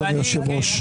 אדוני היושב-ראש.